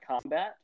combat